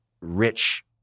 rich